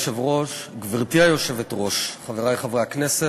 גברתי היושבת-ראש, חברי חברי הכנסת,